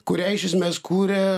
kurią iš esmės kūrė